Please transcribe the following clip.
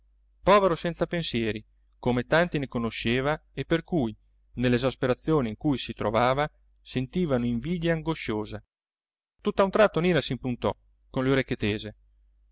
povero senza pensieri come tanti ne conosceva e per cui nell'esasperazione in cui si trovava sentiva un'invidia angosciosa tutt'a un tratto nina s'impuntò con le orecchie tese